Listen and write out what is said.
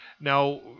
Now